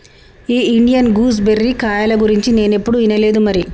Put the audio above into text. ఈ Indian gooseberry కాయల గురించి నేనేప్పుడు ఇనలేదు మరి